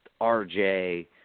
RJ